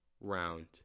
round